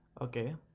Okay